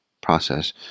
process